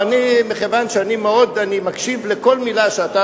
מכיוון שאני מקשיב לכל מלה שאתה,